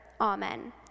Amen